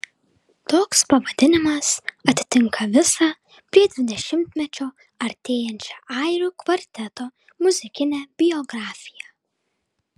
toks pavadinimas atitinka visą prie dvidešimtmečio artėjančią airių kvarteto muzikinę biografiją